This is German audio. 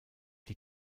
die